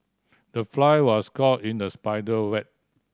the fly was caught in the spider web